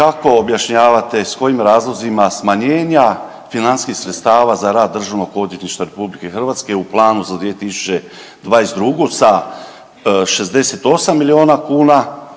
kako objašnjavate s kojim razlozima smanjenja financijskih sredstava za rad DORH-a u planu za 2022. sa 68 milijuna kuna